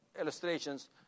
illustrations